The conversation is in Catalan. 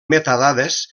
metadades